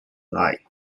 life